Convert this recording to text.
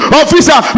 officer